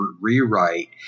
rewrite